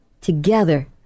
together